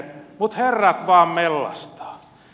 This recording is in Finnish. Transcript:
mutta herrat vaan mellastaa